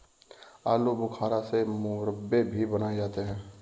आलू बुखारा से मुरब्बे भी बनाए जाते हैं